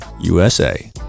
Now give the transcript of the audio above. USA